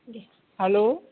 घे हॅलो